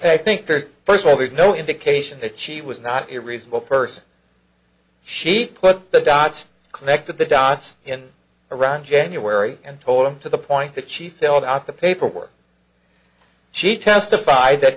i think there first of all there's no indication that she was not a reasonable person she put the dots connected the dots in around january and told them to the point that she filled out the paperwork she testified that